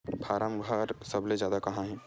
form घर सबले जादा कहां हे